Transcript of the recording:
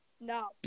No